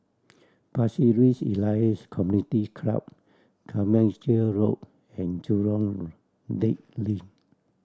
Pasir Ris Elias Community Club Carmichael Road and Jurong Lake Link